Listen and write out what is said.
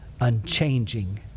unchanging